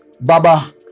Baba